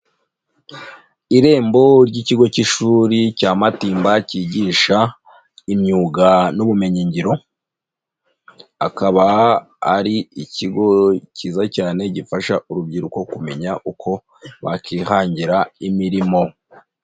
Irembo ry'ikigo cy'ishuri cya matimba cyigisha imyuga n'ubumenyi ngiro, akaba ari ikigo cyiza cyane gifasha urubyiruko kumenya uko bakihangira imirimo.